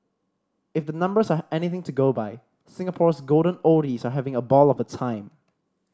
if the numbers are anything to go by Singapore's golden oldies are having a ball of a time